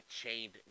chained